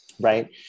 right